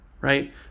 right